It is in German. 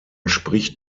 spricht